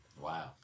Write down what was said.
wow